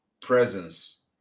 presence